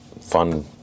fun